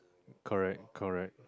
correct correct